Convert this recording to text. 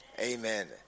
amen